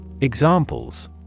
Examples